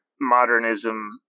modernism